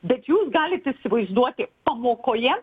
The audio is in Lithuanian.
bet jūs galit įsivaizduoti pamokoje